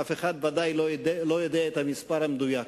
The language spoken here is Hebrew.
אף אחד ודאי לא יודע את המספר המדויק,